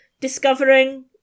discovering